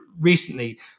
recently